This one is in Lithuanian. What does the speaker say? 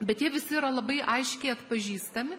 bet jie visi yra labai aiškiai atpažįstami